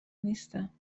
نیستم